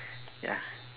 ya